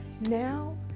now